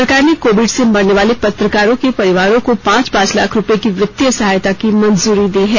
सरकार ने कोविड से मरने वाले पत्रकारों के परिवारों को पांच पांच लाख रुपये की वित्तीय सहायता की मंजूरी दी है